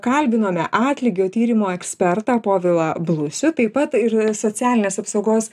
kalbinome atlygio tyrimo ekspertą povilą blusių taip pat ir socialinės apsaugos